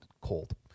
cold